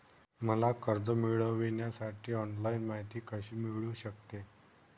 मला कर्ज मिळविण्यासाठी ऑनलाइन माहिती कशी मिळू शकते?